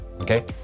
okay